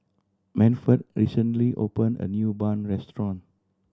Manford recently opened a new bun restaurant